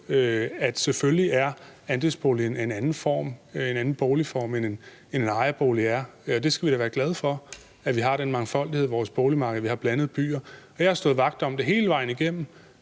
er andelsboligen en anden boligform, end en ejerbolig er. Vi skal da være glade for, at vi har den mangfoldighed på vores boligmarked, at vi har blandede byer. Jeg har stået vagt om det hele vejen igennem: